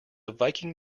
viking